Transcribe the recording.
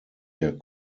der